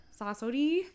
sasori